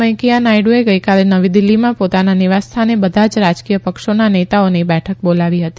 વેકૈયા નાયડુએ ગઇકાલે નવી દિલ્ફીમાં પોતાના નિવાસસ્થાને બધા જ રાજકીય પક્ષોના નેતાઓની બેઠક બોલાવી હતી